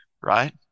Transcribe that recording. right